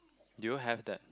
do you have that